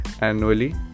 annually